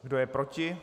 Kdo je proti?